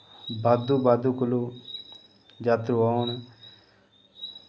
बद्धो बद्ध कोलूं जात्रू औन